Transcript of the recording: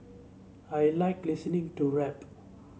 I like listening to rap